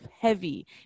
heavy